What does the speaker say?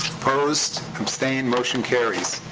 opposed? abstain? motion carries.